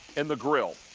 and the grill.